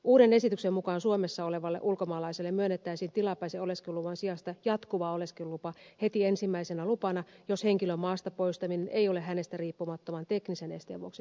uuden esityksen mukaan suomessa olevalle ulkomaalaiselle myönnettäisiin tilapäisen oleskeluluvan sijasta jatkuva oleskelulupa heti ensimmäisenä lupana jos henkilön maasta poistaminen ei ole hänestä riippumattoman teknisen esteen vuoksi mahdollista